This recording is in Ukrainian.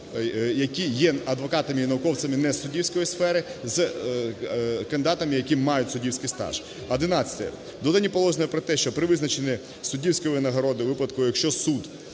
які є адвокатами і науковцями несуддівської сфери, з кандидатами, які мають суддівський стаж. Одинадцяте. Додані положення про те, що при визначенні суддівської винагороди у випадку, якщо суд